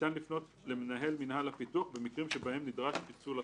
ניתן לפנות למנהל מינהל הפיתוח במקרים שבהם נדרש פיצול הסעה,